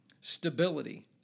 stability